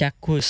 চাক্ষুষ